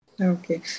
Okay